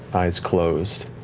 eyes closed,